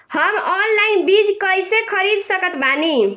हम ऑनलाइन बीज कइसे खरीद सकत बानी?